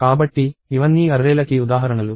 కాబట్టి ఇవన్నీ అర్రేల కి ఉదాహరణలు